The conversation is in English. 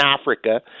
Africa